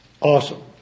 awesome